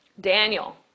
Daniel